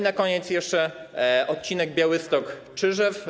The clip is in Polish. Na koniec jeszcze odcinek Białystok - Czyżew.